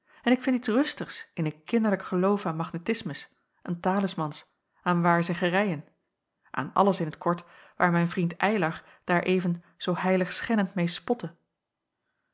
en ik vind iets rustigs in een kinderlijk geloof aan magnetismus aan talismans aan waarzeggerijen aan alles in t kort waar mijn vriend eylar daar even zoo heiligschennend meê spotte